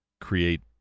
create